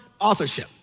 authorship